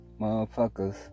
motherfuckers